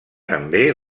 també